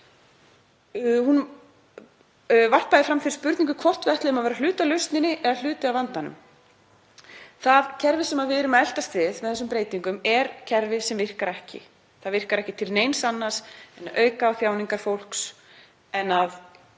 Hún varpaði fram þeirri spurningu hvort við ætlum að vera hluti af lausninni eða hluti af vandanum. Það kerfi sem við erum að eltast við með þessum breytingum er kerfi sem virkar ekki. Það virkar ekki til neins annars en að auka á þjáningar fólks og